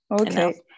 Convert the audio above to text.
okay